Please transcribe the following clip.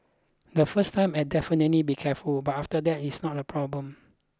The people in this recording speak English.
the first time I'll definitely be careful but after that it's not a problem